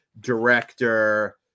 director